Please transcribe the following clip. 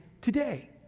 today